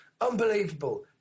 unbelievable